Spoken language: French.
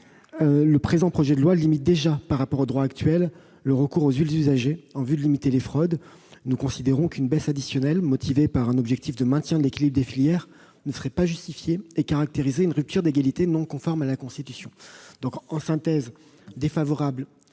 le présent projet de loi limite déjà par rapport au droit actuel le recours aux huiles usagées en vue de limiter les fraudes. Nous considérons qu'une baisse additionnelle, motivée par un objectif de maintien de l'équilibre des filières, ne serait pas justifiée et caractériserait une rupture d'égalité non conforme à la Constitution.